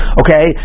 okay